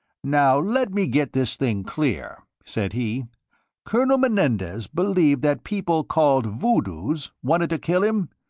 now let me get this thing clear, said he colonel menendez believed that people called voodoos wanted to kill him?